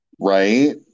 right